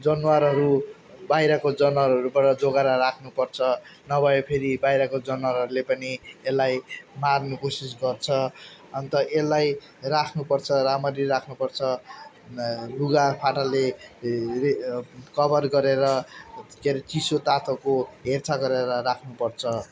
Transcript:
जनावरहरू बाहिरको जनावरहरूबाट जोगाएर राख्नुपर्छ नभए फेरि बाहिरको जनावरहरूले पनि यसलाई मार्नु कोसिस गर्छ अन्त यसलाई राख्नुपर्छ राम्ररी राख्नुपर्छ लुगाफाटाले रे कभर गरेर के अरे चिसो तातोको हेरचाह गरेर राख्नुपर्छ